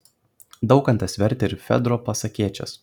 daukantas vertė ir fedro pasakėčias